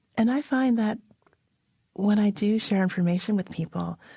and i find that when i do share information with people,